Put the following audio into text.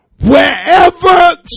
Wherever